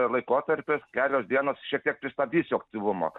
laikotarpis kelios dienos šiek tiek pristabdys jų aktyvumą